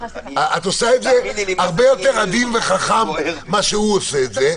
את עושה את זה הרבה יותר עדין ממה שהוא עושה את זה.